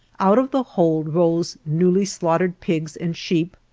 out of the hold rose newly slaughtered pigs, and sheep,